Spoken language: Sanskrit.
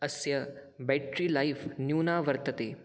अस्य बेटरी लैफ़् न्यूना वर्तते